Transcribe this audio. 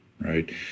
right